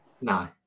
No